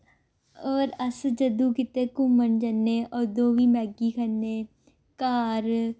होर अस जदूं किते घूमन जन्ने अदूं बी मैगी खन्ने घर